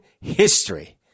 history –